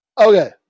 Okay